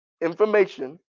Information